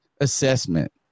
assessment